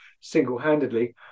single-handedly